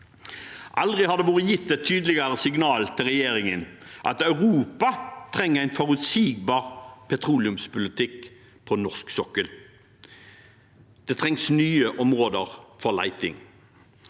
Aldri har det blitt gitt et tydeligere signal til regjeringen om at Europa trenger en forutsigbar petroleumspolitikk på norsk sokkel. Det trengs nye områder for leting.